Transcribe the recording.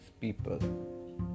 people